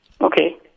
Okay